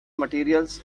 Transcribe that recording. materials